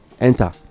enter